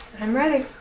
i'm ready.